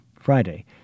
Friday